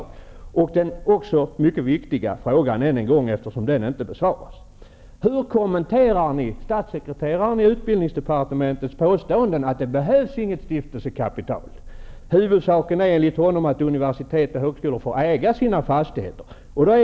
Jag ställer än en gång den mycket viktiga fråga som inte besvarats: Hur kommenterar ni påståendet från statssekreteraren i utbildningsdepartementet om att det inte behövs något stiftelsekapital? Huvudsaken är enligt honom att universitet och högskolor får äga sina fastigheter.